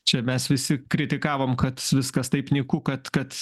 čia mes visi kritikavom kad viskas taip nyku kad kad